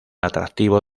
atractivo